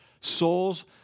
souls